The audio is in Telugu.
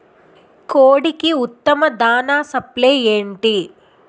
కోడికి ఉత్తమ దాణ సప్లై ఏమిటి?